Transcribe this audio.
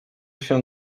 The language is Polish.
się